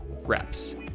reps